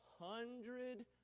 hundred